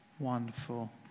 Wonderful